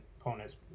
opponents